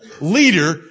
leader